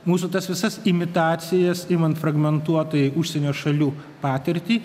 mūsų tas visas imitacijas imant fragmentuotai užsienio šalių patirtį